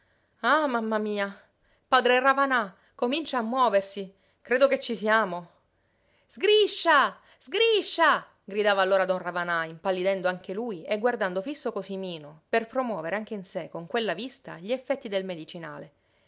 ah mamma mia padre ravanà comincia a muoversi credo che ci siamo sgriscia sgriscia gridava allora don ravanà impallidendo anche lui e guardando fiso cosimino per promuovere anche in sé con quella vista gli effetti del medicinale